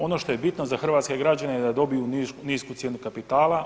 Ono što je bitno za hrvatske građane da dobiju nisku cijenu kapitala.